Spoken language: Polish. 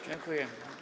Dziękuję.